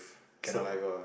can not for